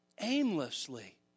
aimlessly